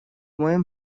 моем